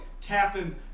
tapping